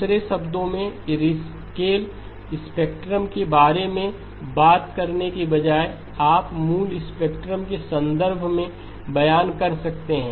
दूसरे शब्दों में रिस्केल स्पेक्ट्रम के बारे में बात करने के बजाय आप मूल स्पेक्ट्रम के संदर्भ में भी बयान कर सकते हैं